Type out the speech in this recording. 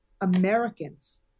Americans